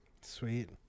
Sweet